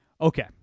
okay